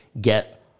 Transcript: get